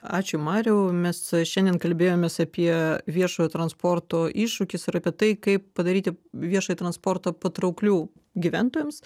ačiū mariau mes šiandien kalbėjomės apie viešojo transporto iššūkius ir apie tai kaip padaryti viešąjį transportą patraukliu gyventojams